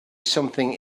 something